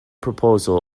proposal